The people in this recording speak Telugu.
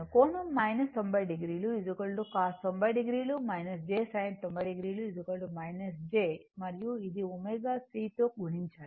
కోణం 90 o cos 90 o j sin 90 o j మరియు ఇది ω C తో గుణించాలి